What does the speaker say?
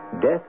death